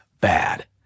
bad